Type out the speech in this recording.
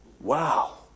wow